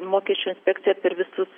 mokesčių inspekcija per visus